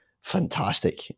fantastic